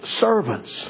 servants